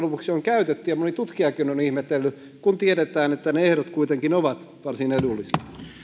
lopuksi on käytetty ja moni tutkijakin on on ihmetellyt kun tiedetään että ne ehdot kuitenkin ovat varsin edullisia